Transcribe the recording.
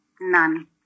None